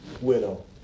widow